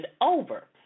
over